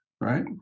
right